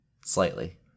Slightly